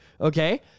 Okay